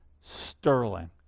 sterling